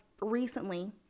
recently